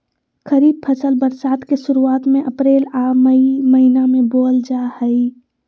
खरीफ फसल बरसात के शुरुआत में अप्रैल आ मई महीना में बोअल जा हइ